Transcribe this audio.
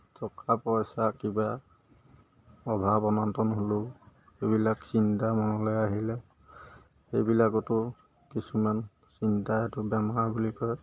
টকা পইচা কিবা অভাৱ অনাটন হ'লেও এইবিলাক চিন্তা মনলৈ আহিলে সেইবিলাকতো কিছুমান চিন্তা সেইটো বেমাৰ বুলি কয়